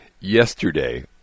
Yesterday